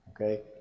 okay